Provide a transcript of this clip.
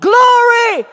Glory